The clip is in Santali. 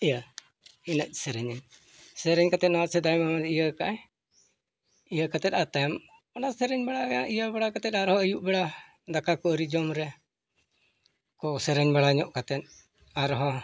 ᱤᱭᱟᱹ ᱮᱱᱮᱡ ᱥᱮᱨᱮᱧ ᱟᱹᱧ ᱥᱮᱨᱮᱧ ᱠᱟᱛᱮᱫ ᱱᱚᱣᱟ ᱥᱮᱫᱟᱭᱢᱟ ᱤᱭᱟᱹ ᱠᱟᱜ ᱟᱭ ᱤᱭᱟᱹ ᱠᱟᱛᱮᱫ ᱟᱨ ᱛᱟᱭᱚᱢ ᱥᱮᱨᱮᱧ ᱵᱟᱲᱟ ᱤᱭᱟᱹ ᱵᱟᱲᱟ ᱠᱟᱛᱮᱫ ᱟᱨ ᱦᱚᱸ ᱟᱹᱭᱩᱵ ᱵᱮᱲᱟ ᱫᱟᱠᱟ ᱠᱚ ᱟᱹᱣᱨᱤ ᱡᱚᱢ ᱨᱮ ᱠᱚ ᱥᱮᱨᱮᱧ ᱵᱟᱲᱟ ᱧᱚᱜ ᱠᱟᱛᱮᱫ ᱟᱨ ᱦᱚᱸ